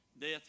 death